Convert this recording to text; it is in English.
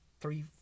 three